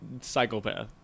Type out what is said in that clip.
psychopath